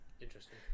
Interesting